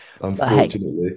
Unfortunately